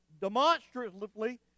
demonstratively